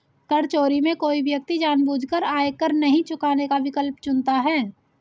कर चोरी में कोई व्यक्ति जानबूझकर आयकर नहीं चुकाने का विकल्प चुनता है